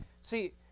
See